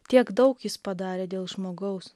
tiek daug jis padarė dėl žmogaus